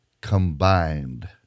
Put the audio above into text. combined